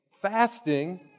fasting